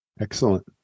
Excellent